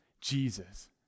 Jesus